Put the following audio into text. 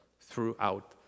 throughout